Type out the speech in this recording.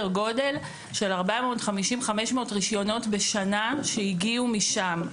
גודל של 450 - 500 רישיונות בשנה שהגיעו משם.